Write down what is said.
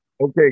Okay